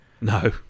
no